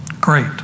Great